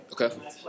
Okay